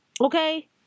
okay